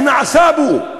איך נעשה לו.